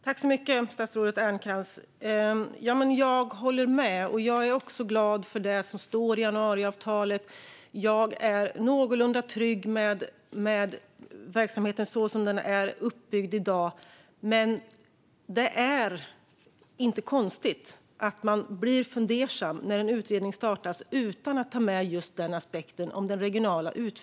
Fru talman! Tack så mycket, statsrådet Ernkrans! Jag håller med, och jag är också glad för det som står i januariavtalet. Jag är någorlunda trygg med verksamheten så som den är uppbyggd i dag, men det är inte konstigt att man blir fundersam när en utredning startas utan att aspekten regional utveckling tas med.